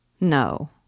No